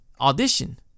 audition